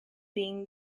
been